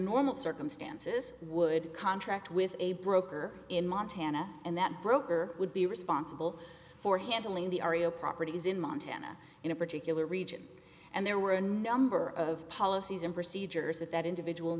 normal circumstances would contract with a broker in montana and that broker would be responsible for handling the area properties in montana in a particular region and there were a number of policies and procedures that that individual